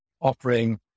offering